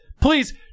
please